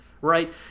right